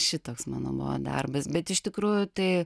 šitoks mano buvo darbas bet iš tikrųjų tai